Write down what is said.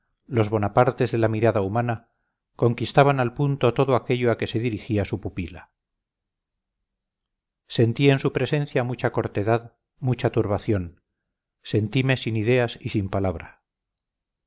los bonapartes de la mirada humana conquistaban al punto todo aquello a que dirigían su pupila sentí en su presencia mucha cortedad mucha turbación sentime sin ideas y sin palabra